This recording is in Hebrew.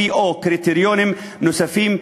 ו/או קריטריונים נוספים,